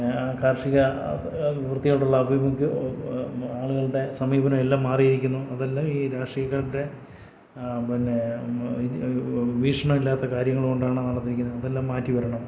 പിന്നെകാർഷിക വൃത്തിയോടുള്ള ആളുകളുടെ സമീപനം എല്ലാം മാറിയിരിക്കുന്നു അതെല്ലാം ഈ രാഷ്ട്രീയക്കാരുടെ പിന്നെ വീക്ഷണം ഇല്ലാത്ത കാര്യങ്ങൾ കൊണ്ടാണ് നടന്നിരിക്കുന്നത് അതെല്ലാം മാറ്റിവരണം